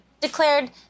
declared